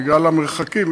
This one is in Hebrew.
בגלל המרחקים.